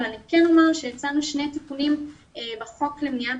אבל אני כן אומר שהצענו שני תיקונים בחוק למניעת